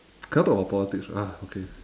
cannot talk about politics right ah okay